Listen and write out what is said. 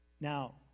Now